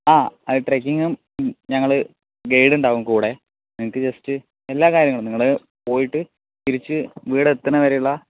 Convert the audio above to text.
ആ അത് ട്രെക്കിംഗും ഞങ്ങള് ഗെയ്ഡുണ്ടാവും കൂടെ നിങ്ങൾക്ക് ജസ്റ്റ് എല്ലാ കാര്യങ്ങളും നിങ്ങള് പോയിട്ട് തിരിച്ചു ഇവിടെ എത്തണവരെയുള്ള